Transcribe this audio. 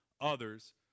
others